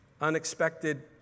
unexpected